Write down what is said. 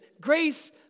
grace